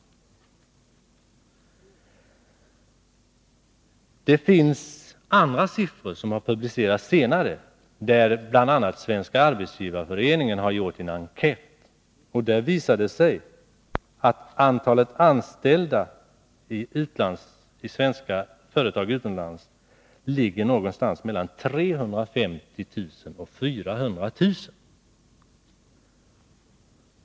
Det finns andra siffror som har publicerats senare. Bl. a. har Svenska arbetsgivareföreningen gjort en enkät där det visade sig att antalet anställda vid svenska företag utomlands ligger någonstans mellan 350 000 och 400 000.